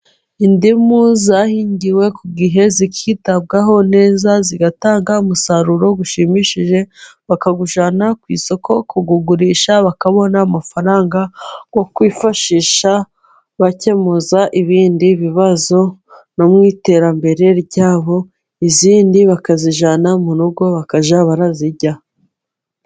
Indimu zahingiwe ku gihe, zikitabwaho neza, zigatanga umusaruro ushimishije, bakawujyana ku isoko kuwugurisha, bakabona amafaranga yo kwifashisha, bakemuza ibindi bibazo no mu iterambere ryabo, izindi bakazijyana mu rugo bakajya barazirya.